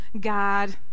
God